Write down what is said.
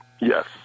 Yes